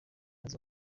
aza